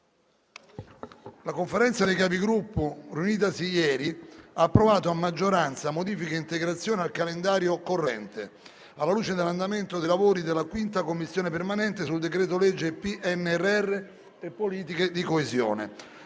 La Conferenza dei Capigruppo, riunitasi ieri, ha approvato a maggioranza modifiche e integrazioni al calendario corrente, alla luce dell'andamento dei lavori della 5a Commissione permanente sul decreto-legge PNRR e politiche di coesione.